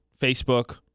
Facebook